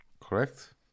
Correct